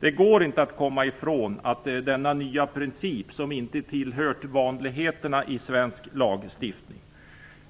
Det går inte att komma ifrån denna nya princip som inte tillhört vanligheterna i svensk lagstiftning.